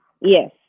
Yes